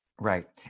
Right